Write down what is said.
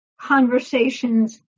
conversations